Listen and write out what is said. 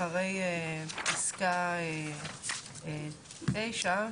אחרי פסקה (9).